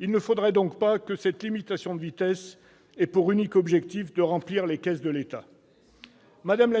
Il ne faudrait donc pas que cette limitation de vitesse ait pour unique objectif de remplir les caisses de l'État. Eh si ! Bravo ! Madame